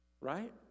Right